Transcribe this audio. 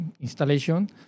installation